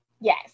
Yes